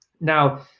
Now